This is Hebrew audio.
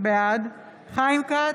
בעד חיים כץ,